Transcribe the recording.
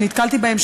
שנתקלתי בהם,